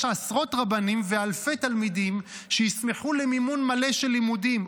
יש עשרות רבנים ואלפי תלמידים שישמחו למימון מלא של לימודים,